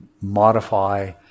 modify